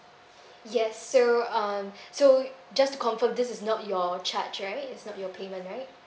yes so uh so just to confirm this is not your charge right it's not your payment right